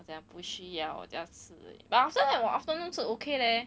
我讲不需要我 just 吃 but after that 我 afternoon 是 okay leh